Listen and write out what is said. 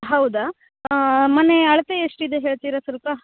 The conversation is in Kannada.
ಹೌದಾ ಮನೇ ಅಳತೆ ಎಷ್ಟಿದೆ ಹೇಳ್ತಿರ ಸ್ವಲ್ಪ